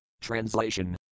Translation